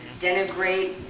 denigrate